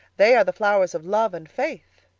they are the flowers of love and faith.